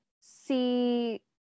see